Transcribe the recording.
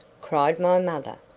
cried my mother,